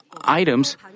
items